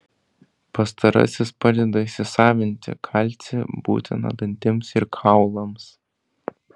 pastarasis padeda įsisavinti kalcį būtiną dantims ir kaulams